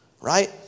right